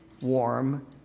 warm